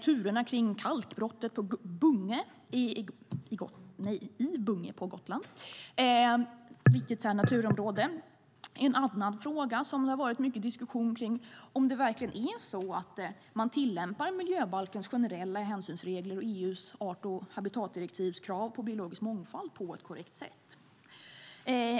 Turerna kring kalkbrottet i Bunge på Gotland, ett viktigt naturområde, är en annan fråga som det har varit mycket diskussion kring, om det verkligen är så att man tillämpar miljöbalkens generella hänsynsregler och EU:s art och habitatdirektivs krav på biologisk mångfald på ett korrekt sätt.